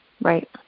Right